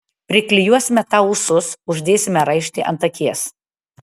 priklijuosime tau ūsus uždėsime raištį ant akies